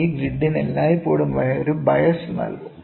ഈ ഗ്രിഡിന് എല്ലായ്പ്പോഴും ഒരു ബയസ് നൽകും